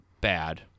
bad